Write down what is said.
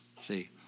See